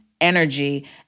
energy